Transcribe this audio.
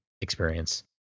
experience